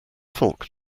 folk